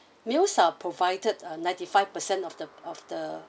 meals are provided uh ninety five percent of the of the